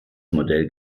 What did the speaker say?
modell